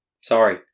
Sorry